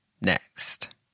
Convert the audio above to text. next